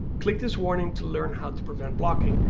click this warning to learn how to prevent blocking.